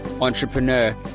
entrepreneur